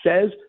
says